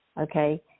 Okay